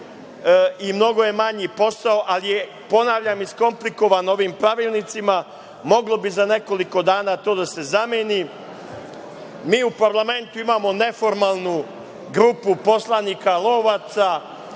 i mnogo je manji posao, ali je, ponavljam, iskomplikovan ovim pravilnicima, moglo bi za nekoliko dana to da se zameni. Mi u parlamentu imamo neformalnu grupu poslanika lovaca